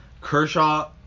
Kershaw